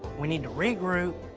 we need to regroup,